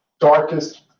darkest